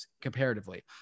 comparatively